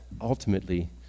ultimately